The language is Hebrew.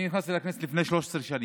אני נכנסתי לכנסת לפני 13 שנים,